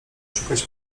szukać